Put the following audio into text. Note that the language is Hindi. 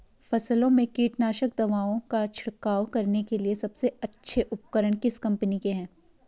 फसलों में कीटनाशक दवाओं का छिड़काव करने के लिए सबसे अच्छे उपकरण किस कंपनी के हैं?